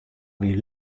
wie